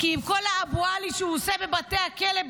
כי עם כל האבו עלי שהוא עושה בבתי הכלא,